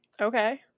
okay